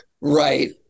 Right